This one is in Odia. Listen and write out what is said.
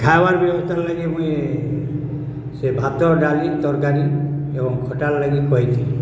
ଖାଇବାର୍ ବ୍ୟବସ୍ଥାର ଲାଗି ମୁଇଁ ସେ ଭାତ ଡାଲି ତରକାରୀ ଏବଂ ଖଟାର୍ ଲାଗି କହିଥିଲି